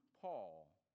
Paul